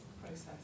process